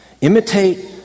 Imitate